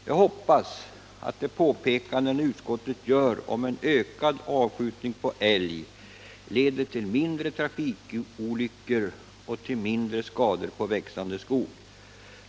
Jag hoppas att de påpekanden utskottet gör om ökad avskjutning av älg leder till mindre trafikolyckor och till mindre skador på växande skog.